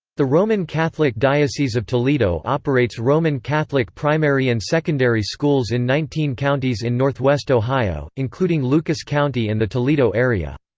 the roman catholic diocese of toledo operates roman catholic primary and secondary schools in nineteen counties in northwest ohio, including lucas county and the toledo area.